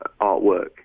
artwork